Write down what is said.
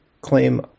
claim